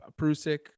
Prusik